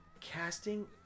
casting